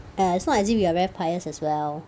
!aiya! it's not as if we are very pious as well